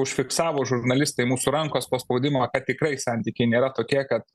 užfiksavo žurnalistai mūsų rankos paspaudimą kad tikrai santykiai nėra tokie kad